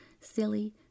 silly